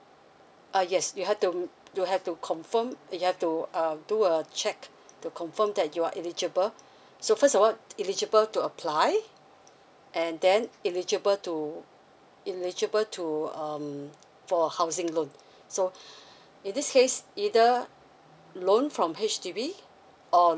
uh yes you have to um you have to confirm uh you have to uh do a check to confirm that you are eligible so first of all eligible to apply and then eligible to eligible to um for a housing loan so in this case either loan from H_D_B or